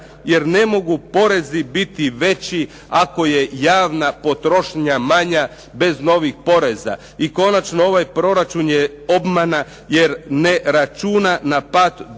jer ne mogu porezi biti veći ako je javna potrošnja manja bez novih poreza. I konačno, ovaj proračun je obmana jer ne računa na pad doprinosa,